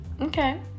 okay